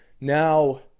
now